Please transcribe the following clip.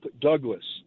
Douglas